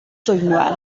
dwynwen